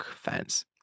fans